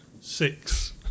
Six